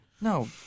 No